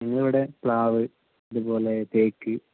ഞങ്ങളുടെ ഇവിടെ പ്ലാവ് അതുപോലെ തേക്ക്